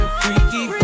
freaky